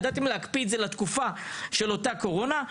ידעתם להקפיא את זה לתקופה של הקורונה,